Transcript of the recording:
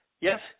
Yes